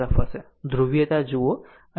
ધ્રુવીયતા જુઓ અને 0